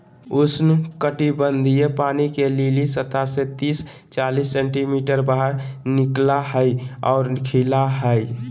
उष्णकटिबंधीय पानी के लिली सतह से तिस चालीस सेंटीमीटर बाहर निकला हइ और खिला हइ